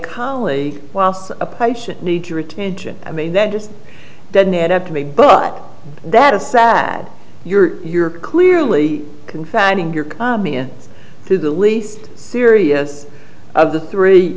colleague whilst a patient needs your attention i mean that just doesn't add up to me but that is sad you're you're clearly confounding your mia to the least serious of the three